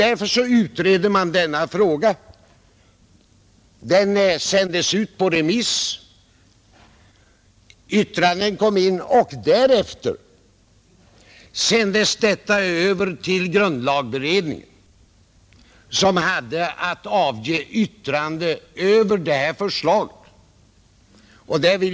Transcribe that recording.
Därför utreddes hela frågan och förslag sändes ut på remiss. Yttranden inkom i vanlig ordning, och därefter sändes ärendet till grundlagberedningen, som hade att yttra sig över förslaget.